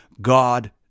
God